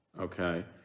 okay